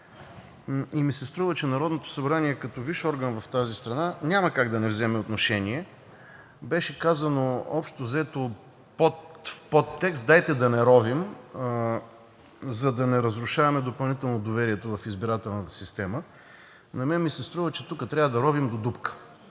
и ми се струва, че Народното събрание като висш орган в тази страна няма как да не вземе отношение. Беше казано общо взето в подтекст: дайте да не ровим, за да не разрушаваме допълнително доверието в избирателната система. На мен ми се струва, че тук трябва да ровим до дупка,